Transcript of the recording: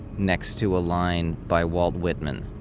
next to a line by walt whitman,